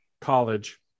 college